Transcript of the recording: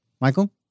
Michael